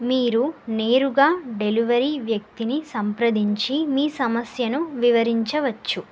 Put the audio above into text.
మీరు నేరుగా డెలివరీ వ్యక్తిని సంప్రదించి మీ సమస్యను వివరించవచ్చు